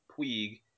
Puig